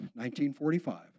1945